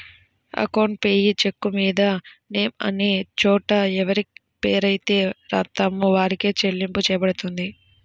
account payee చెక్కుమీద name అనే చోట ఎవరిపేరైతే రాత్తామో వారికే చెల్లింపు చెయ్యబడుతుంది